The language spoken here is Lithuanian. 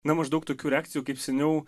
na maždaug tokių reakcijų kaip seniau